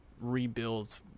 rebuild